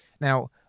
Now